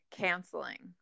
canceling